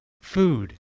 food